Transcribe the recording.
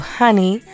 honey